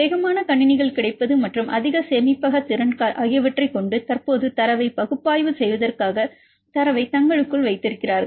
வேகமான கணினிகள் கிடைப்பது மற்றும் அதிக சேமிப்பகத் திறன் ஆகியவற்றைக் கொண்டு தற்போது தரவை பகுப்பாய்வு செய்வதற்காக தரவை தங்களுக்குள் வைத்திருக்கிறார்கள்